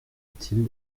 utile